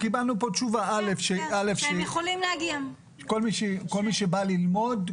קבלנו פה תשובה שכל מי שבא ללמוד,